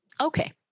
Okay